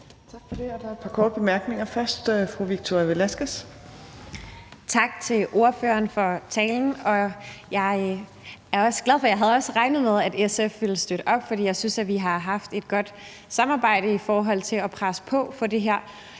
Tak for det. Der er et par korte bemærkninger. Først er det fru Victoria Velasquez. Kl. 15:43 Victoria Velasquez (EL): Tak til ordføreren for talen. Jeg er glad for støtten og havde også regnet med, at SF ville støtte op om det, for jeg synes, vi har haft et godt samarbejde i forhold til at presse på for det her.